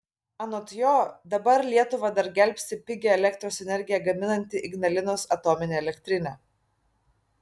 anot jo dabar lietuvą dar gelbsti pigią elektros energiją gaminanti ignalinos atominė elektrinė